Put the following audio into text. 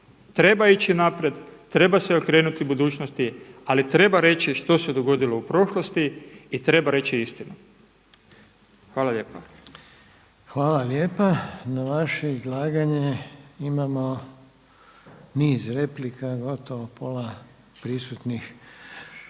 Treba ići naprijed, treba se okrenuti budućnosti ali treba reći što se dogodilo u prošlosti i treba reći istinu. **Reiner, Željko (HDZ)** Hvala lijepa. Na vaše izlaganje imamo niz replika, gotovo pola prisutnih